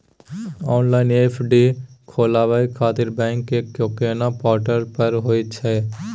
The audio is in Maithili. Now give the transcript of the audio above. ऑनलाइन एफ.डी खोलाबय खातिर बैंक के कोन पोर्टल पर होए छै?